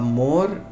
more